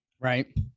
Right